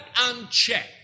unchecked